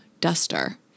duster